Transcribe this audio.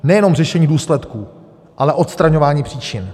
Nejenom řešení důsledků, ale odstraňování příčin.